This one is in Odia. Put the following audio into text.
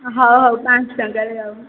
ହେଉ ହେଉ ପାଞ୍ଚଶହ ଟଙ୍କାରେ ଆଉ